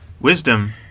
Wisdom